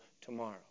tomorrow